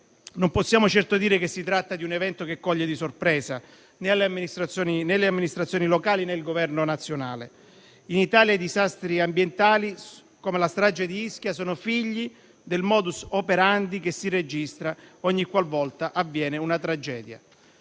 Non possiamo certo dire che si tratta di un evento che coglie di sorpresa né le amministrazioni locali, né il Governo nazionale. In Italia i disastri ambientali, come la strage di Ischia, sono figli del *modus operandi* che si registra ogni qualvolta avviene una tragedia.